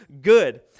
good